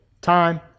time